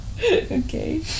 okay